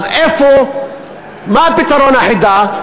אז מה פתרון החידה?